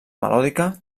melòdica